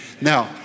now